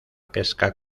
pesca